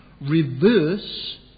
reverse